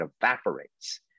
evaporates